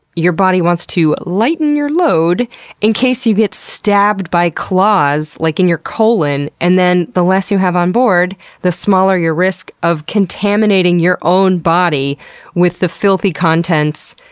your body wants to lighten your load in case you get stabbed by claws, like in your colon. and then the less you have on board, the smaller your risk of contaminating your own body with the filthy contents,